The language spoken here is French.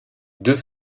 deux